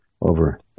over